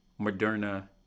Moderna